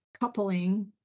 coupling